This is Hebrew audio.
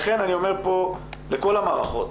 לכן אני אומר פה לכל המערכות